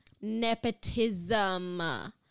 nepotism